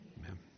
amen